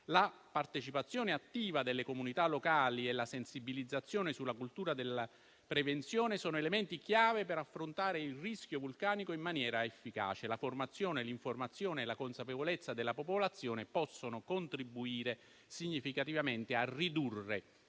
La partecipazione attiva delle comunità locali e la sensibilizzazione sulla cultura della prevenzione sono elementi chiave per affrontare il rischio vulcanico in maniera efficace. La formazione, l'informazione e la consapevolezza della popolazione possono contribuire significativamente a ridurre